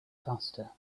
faster